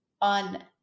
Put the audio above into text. on